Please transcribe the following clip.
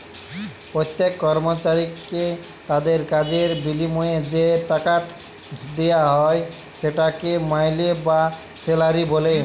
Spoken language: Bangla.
প্যত্তেক কর্মচারীকে তাদের কাজের বিলিময়ে যে টাকাট দিয়া হ্যয় সেটকে মাইলে বা স্যালারি ব্যলে